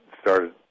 started